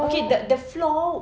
okay the the floor